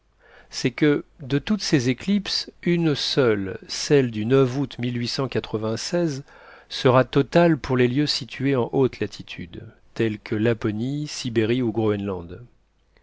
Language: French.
c'est que de toutes ces éclipses une seule celle du août sera totale pour les lieux situés en haute latitude tels que laponie sibérie ou groënland